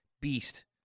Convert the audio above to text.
beast